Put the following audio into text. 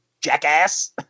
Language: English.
jackass